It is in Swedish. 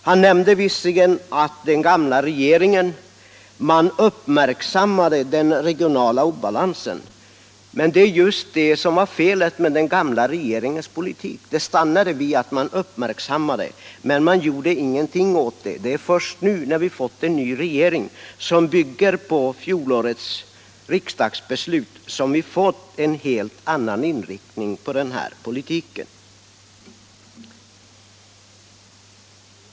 Han nämnde visserligen att den gamla regeringen uppmärksammade den regionala obalansen, men det är just detta som var felet med den gamla regeringens politik. Det stannade vid att man uppmärksammade obalansen, men man gjorde ingenting åt den. Det är först nu, när vi fått en ny regering som utgår från fjolårets riksdagsbeslut, som det blivit en helt annan inriktning på den här politiken.